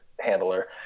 handler